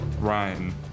Ryan